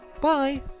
bye